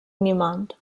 niemand